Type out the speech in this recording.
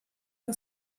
que